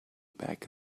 back